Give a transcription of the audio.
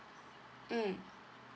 mm